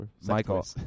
Michael